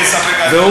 אין ספק,